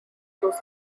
through